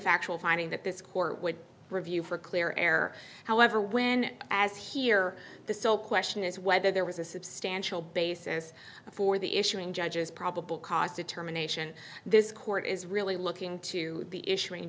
factual finding that this court would review for clear error however when as here the sole question is whether there was a substantial basis for the issuing judge's probable cause determination this court is really looking to the issu